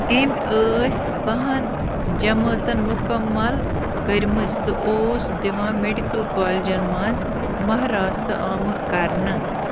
أمۍ ٲسۍ بَہَن جمٲژَن مُکَمَل کٔرۍمٕژ تہٕ اوس دِوان میٚڈِکل کالجَن منٛز مَہراستہٕ آمُت کرنہٕ